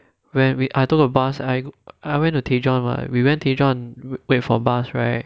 when we I took a bus I I went to daejeon we went daejeon wait for bus right